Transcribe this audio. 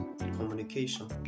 communication